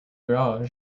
garage